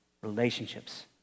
relationships